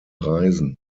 reisen